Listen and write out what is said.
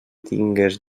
tingues